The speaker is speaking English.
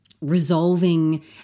resolving